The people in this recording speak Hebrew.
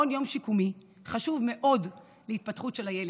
מעון יום שיקומי חשוב מאוד להתפתחות של הילד,